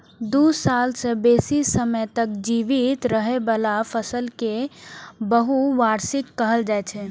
दू साल सं बेसी समय तक जीवित रहै बला फसल कें बहुवार्षिक कहल जाइ छै